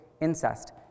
incest